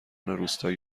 روستایی